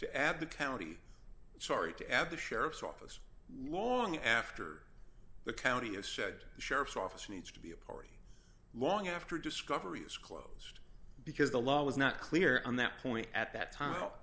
to add the county sorry to add the sheriff's office long after the county has said the sheriff's office needs to be a party long after discovery is closed because the law was not clear on that point at that time out